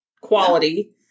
quality